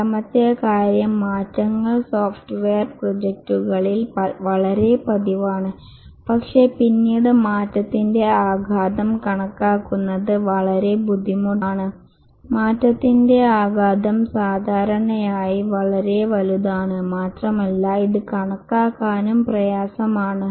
രണ്ടാമത്തെ കാര്യം മാറ്റങ്ങൾ സോഫ്റ്റ്വെയർ പ്രോജക്റ്റുകളിൽ വളരെ പതിവാണ് പക്ഷെ പിന്നീട് മാറ്റത്തിന്റെ ആഘാതം കണക്കാക്കുന്നത് വളരെ ബുദ്ധിമുട്ടാണ് മാറ്റത്തിന്റെ ആഘാതം സാധാരണയായി വളരെ വലുതാണ് മാത്രമല്ല ഇത് കണക്കാക്കാനും പ്രയാസമാണ്